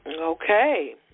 Okay